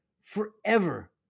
forever